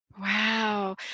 Wow